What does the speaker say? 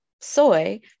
soy